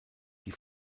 die